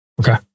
Okay